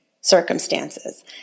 circumstances